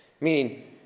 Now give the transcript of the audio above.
Meaning